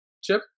chip